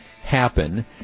happen